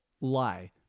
lie